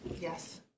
Yes